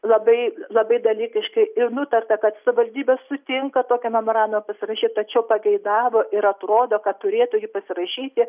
labai labai dalykiškai ir nutarta kad savivaldybė sutinka tokią membraną pasirašyti tačiau pageidavo ir atrodo kad turėtų jį pasirašyti